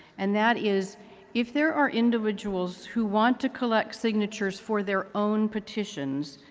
and that is if there are individuals who want to collect signatures for their own petitions,